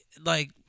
like-